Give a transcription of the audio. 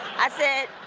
i said,